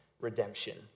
redemption